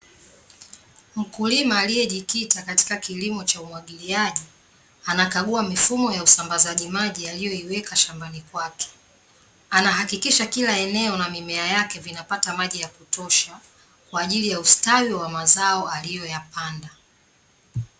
Mkulima aliyejikita katika kilimo cha umwagiliaji, anakagua mifumo ya usambazaji maji aliyoiweka kwenye shambani kwake. Anahakikisha kila eneo la mimea yake vinapata maji ya kutosha, kwa ajili ya ustawi wa mazao aliyoyapanda.